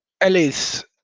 Alice